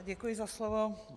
Děkuji za slovo.